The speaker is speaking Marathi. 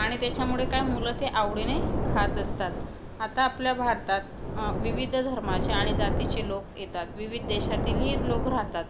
आणि त्याच्यामुळे काय मुलं ते आवडीने खात असतात आता आपल्या भारतात विविध धर्माचे आणि जातीचे लोक येतात विविध देशातीलही लोक राहतात